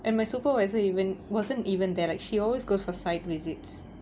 and my supervisor even wasn't even there like she always goes for site visits